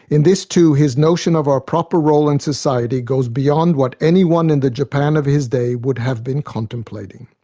in this too his notion of our proper role in society goes beyond what anyone in the japan of his day would have been contemplating.